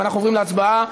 אוקיי.